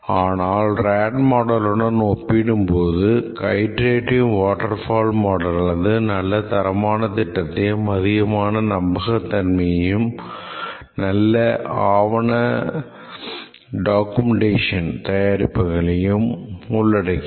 ஆனால் ரேடு மாடலுடன் ஒப்பீடும் போது அயிட்ரேடிவ் வாட்டர்ஃபால் மாடலானது நல்ல தரமான திட்டத்தையும் அதிகமாக நம்பகத் தன்மையையும் நல்ல ஆவண தயாரிப்புகளையும் உள்ளடக்கியது